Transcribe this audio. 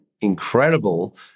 incredible